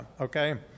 Okay